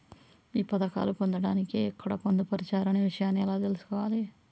ఈ పథకాలు పొందడానికి ఎక్కడ పొందుపరిచారు అనే విషయాన్ని ఎలా తెలుసుకోవాలి?